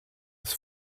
das